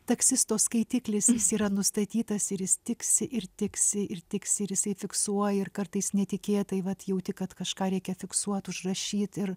taksisto skaitiklis jis yra nustatytas ir jis tiksi ir tiksi ir tiksi ir jisai fiksuoja ir kartais netikėtai vat jauti kad kažką reikia fiksuot užrašyt ir